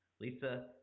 Lisa